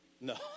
No